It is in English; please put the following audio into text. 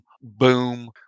boom